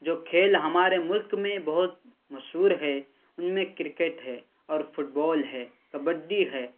جو کھیل ہمارے ملک میں بہت مشہور ہے ان میں کرکٹ ہے اور فٹ بال ہے کبڈی ہے